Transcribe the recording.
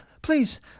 Please